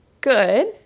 Good